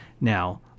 now